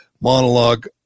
monologue